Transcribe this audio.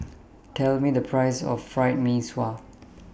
Tell Me The priceS of Fried Mee Sua